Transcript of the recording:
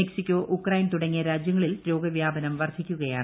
Mexico Ukraine തുടങ്ങിയ രാജ്യങ്ങളിൽ രോഗവ്യാപനം വർദ്ധിക്കുകയാണ്